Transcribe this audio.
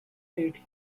rate